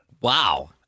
Wow